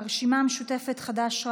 הרשימה המשותפת: חד"ש,